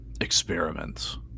experiments